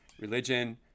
religion